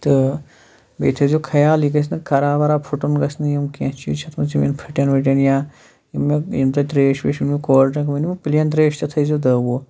تہٕ بیٚیہِ تھٔےزیو خیال یہِ گژھِ نہٕ خراب وراب پھُٹُن گژھِ نہٕ یِم کینٛہہ چیٖز چھِ اَتھ منٛز یِم اِن پھٕٹن وٕٹن یا یِم مےٚ یِم تۄہہِ ترٛیش ویش ؤنۍ مو کولڈ ڈرٛنک ؤنۍ مو پٕلین ترٛیش تہِ تھٔےزیو دہ وُہ